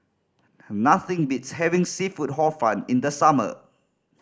nothing beats having seafood Hor Fun in the summer